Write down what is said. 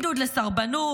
עידוד לסרבנות,